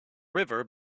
river